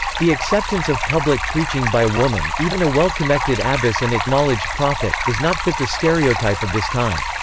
the acceptance of public preaching by a woman, even a well-connected abbess and acknowledged prophet, does not fit the stereotype of this time.